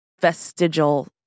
vestigial